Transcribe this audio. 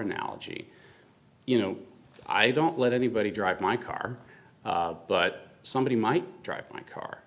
analogy you know i don't let anybody drive my car but somebody might drive my car